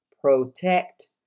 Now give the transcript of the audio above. Protect